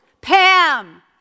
Pam